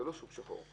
זה לא שוק שחור.